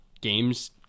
games